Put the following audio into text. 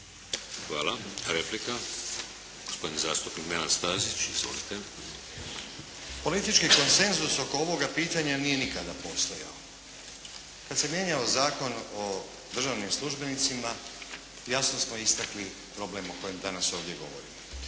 Hvala. Replika, gospodin zastupnik Nenad Stazić. Izvolite. **Stazić, Nenad (SDP)** Politički konsensus oko ovog pitanja nije nikada postojao. Kada se mijenjao Zakon o državnim službenicima jasno smo istakli problem o kojemu danas ovdje govorimo.